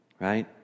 Right